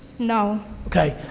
no. okay,